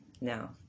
now